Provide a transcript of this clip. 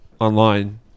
online